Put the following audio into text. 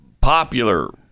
popular